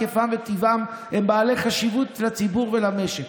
היקפם וטיבם הם בעלי חשיבות לציבור ולמשק.